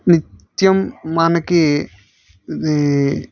నిత్యం మనకి